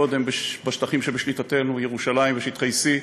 קודם בשטחים שבשליטתנו, ירושלים ושטחי C,